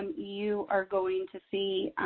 and you are going to see